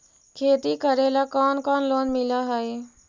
खेती करेला कौन कौन लोन मिल हइ?